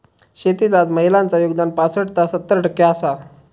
शेतीत आज महिलांचा योगदान पासट ता सत्तर टक्के आसा